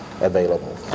available